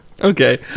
Okay